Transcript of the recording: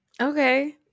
Okay